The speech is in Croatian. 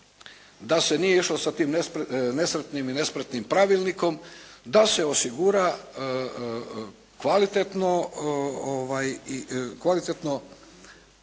da se nije išlo sa tim nesretnim i nespretnim pravilnikom da se osigura kvalitetno